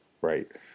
Right